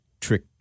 trick